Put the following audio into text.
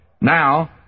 Now